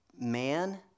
man